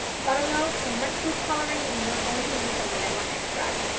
buttermilk, some red food coloring and you're going to need some vanilla extract.